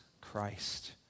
Christ